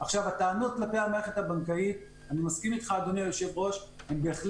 עוד קצת אור על הקשיים בהתקדמות הרפורמה אז תהיו